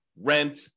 rent